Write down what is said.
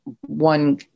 one